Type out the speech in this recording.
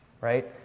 right